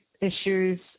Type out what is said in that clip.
issues